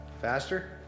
Faster